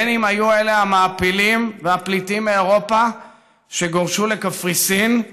בין שהיו אלה המעפילים והפליטים מאירופה שגורשו לקפריסין,